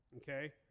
okay